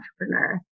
entrepreneur